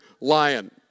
lion